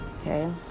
Okay